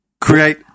Create